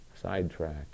sidetrack